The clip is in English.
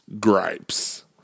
gripes